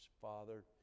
Father